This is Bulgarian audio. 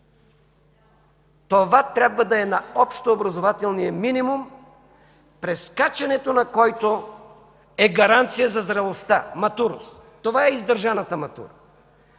Това трябва да е на общообразователния минимум, прескачането на който е гаранция за зрелостта – матурус. Това е издържаната матура.